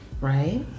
Right